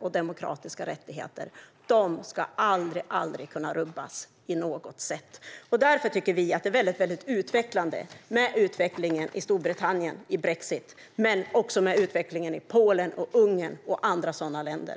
och demokratiska rättigheter. De ska aldrig, aldrig kunna rubbas på något sätt. Därför tycker vi att det är väldigt intressant med utvecklingen i Storbritannien i och med brexit, men vi följer också utvecklingen i Polen och Ungern och andra sådana länder.